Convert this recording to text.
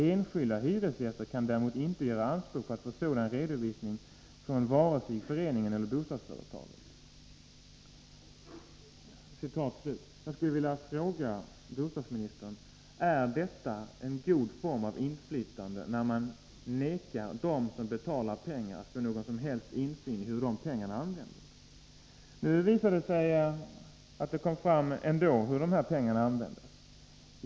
Enskilda hyresgäster kan däremot inte göra anspråk på att få sådan redovisning från vare sig föreningen eller bostadsföretaget.” Jag skulle vilja fråga bostadsministern: Är det en god form för inflytande, när man nekar dem som betalar pengar att få någon som helst insyn i hur dessa pengar används? Nu har ändå uppgifter kommit fram om hur de här pengarna användes.